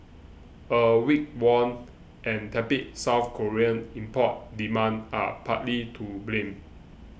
a weak won and tepid South Korean import demand are partly to blame